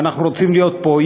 ואנחנו רוצים להיות פה,